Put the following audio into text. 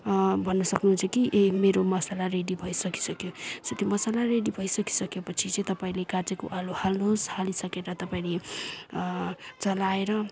भन्न सक्नुहुन्छ कि ए मेरो मसला रेडी भइसकी सक्यो सो त्यो मसला रेडी भइसकी सकेपछि चाहिँ तपाईँले काटेको आलु हाल्नुहोस् हालिसकेर तपाईँले चलाएर